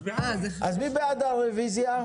אז מי בעד הריוויזה?